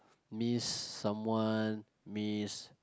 miss someone miss